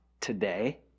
today